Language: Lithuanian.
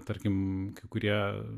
tarkim kai kurie